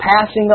passing